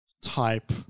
type